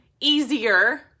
easier